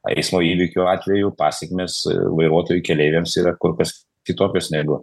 eismo įvykių atveju pasekmės vairuotojui keleiviams yra kur kas kitokios negu